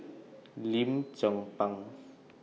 Lim Chong Pang